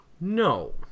No